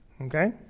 Okay